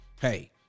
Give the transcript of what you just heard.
hey